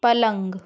पलंग